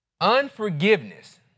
Unforgiveness